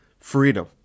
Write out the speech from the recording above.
freedom